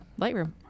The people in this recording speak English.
Lightroom